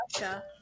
Russia